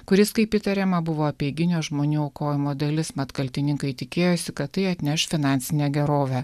kuris kaip įtariama buvo apeiginio žmonių aukojimo dalis mat kaltininkai tikėjosi kad tai atneš finansinę gerovę